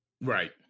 Right